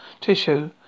tissue